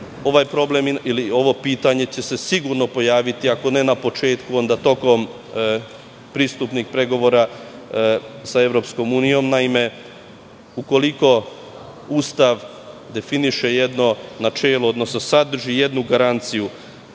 Ovaj problem ili ovo pitanje će se sigurno pojaviti ako ne na početku, onda tokom pristupnih pregovora sa EU.Naime, ukoliko Ustav definiše jedno načelo, odnosno sadrži jednu garanciju